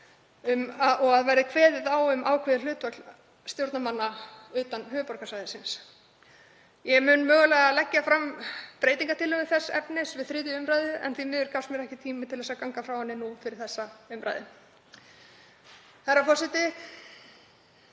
að það verði kveðið á um ákveðið hlutfall stjórnarmanna utan höfuðborgarsvæðisins. Ég mun mögulega að leggja fram breytingartillögu þess efnis við 3. umr. en því miður gafst mér ekki tími til að ganga frá henni nú fyrir þessa umræðu. Herra forseti.